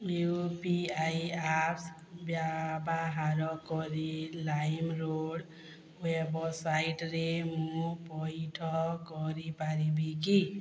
you P I apps ବ୍ୟବହାର କରି ଲାଇମ୍ରୋଡ଼୍ ୱେବସାଇଟ୍ରେ ମୁଁ ପଇଠ କରିପାରିବି କି